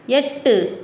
எட்டு